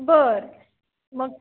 बरं मग